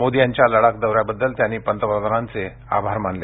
मोदी यांच्या लडाख दौऱ्याबद्दल त्यांनी पंतप्रधानांचे आभार मानले